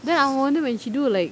then I wonder when she do like